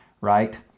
right